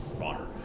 water